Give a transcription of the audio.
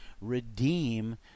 redeem